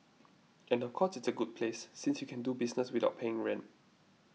and of course it's a good place since you can do business without paying rent